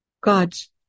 God's